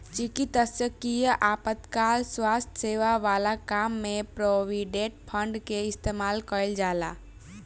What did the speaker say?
चिकित्सकीय आपातकाल स्वास्थ्य सेवा वाला काम में प्रोविडेंट फंड के इस्तेमाल कईल जाला